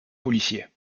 policiers